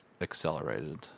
accelerated